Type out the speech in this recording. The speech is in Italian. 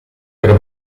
per